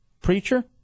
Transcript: Preacher